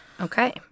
Okay